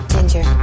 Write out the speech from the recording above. Ginger